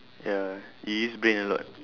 ya it use brain a lot